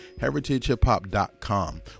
heritagehiphop.com